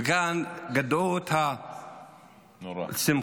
-- וכאן גדעו את השמחה